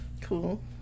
Cool